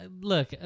Look